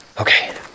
Okay